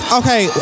okay